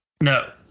No